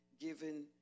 given